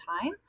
time